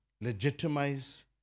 legitimize